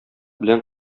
белән